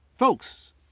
Folks